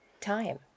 time